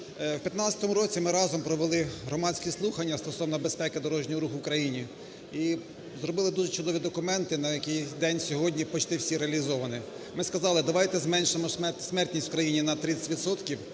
У 2015 році ми разом провели громадські слухання стосовно безпеки дорожнього руху в країні. І зробили дуже чудові документи, які на сьогоднішній день почти всі реалізовані. Ми сказали, давайте зменшимо смертність в країні на 30